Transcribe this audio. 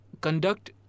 conduct